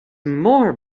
more